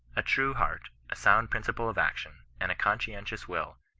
a true heart, a sound principle of action, and a conscientious will,